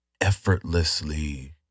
effortlessly